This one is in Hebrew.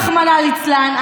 רחמנא ליצלן,